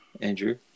Andrew